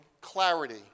clarity